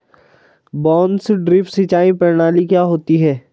बांस ड्रिप सिंचाई प्रणाली क्या होती है?